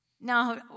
Now